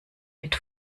mit